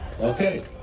Okay